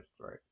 right